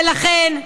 ולכן,